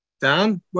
Dan